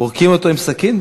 פורקים אותו עם סכין?